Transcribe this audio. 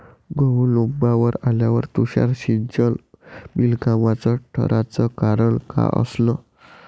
गहू लोम्बावर आल्यावर तुषार सिंचन बिनकामाचं ठराचं कारन का असन?